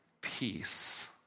peace